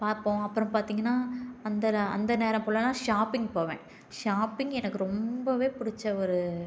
பார்ப்போம் அப்புறம் பார்த்திங்ன்னா அந்த அந்த நேரம் போகலனா ஷாப்பிங் போவேன் ஷாப்பிங் எனக்கு ரொம்ப பிடிச்ச ஒரு